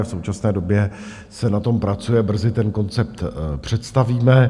V současné době se na tom pracuje, brzy ten koncept představíme.